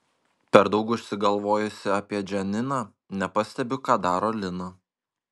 per daug užsigalvojusi apie džaniną nepastebiu ką daro lina